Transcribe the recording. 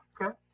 okay